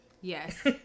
Yes